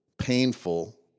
painful